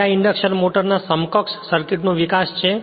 હવે આ ઇન્ડક્શન મોટરના સમકક્ષ સર્કિટનો વિકાસ છે